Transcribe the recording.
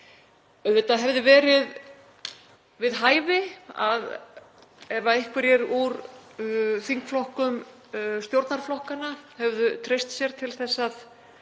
Auðvitað hefði verið við hæfi ef einhverjir úr þingflokkum stjórnarflokkanna hefðu treyst sér til að